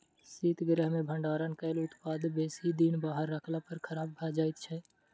शीतगृह मे भंडारण कयल उत्पाद बेसी दिन बाहर रखला पर खराब भ जाइत छै